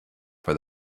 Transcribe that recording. for